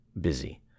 busy